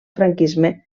franquisme